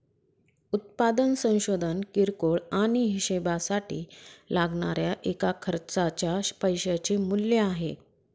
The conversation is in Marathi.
उत्पादन संशोधन किरकोळ आणि हीशेबासाठी लागणाऱ्या एका खर्चाच्या पैशाचे मूल्य आहे